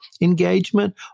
engagement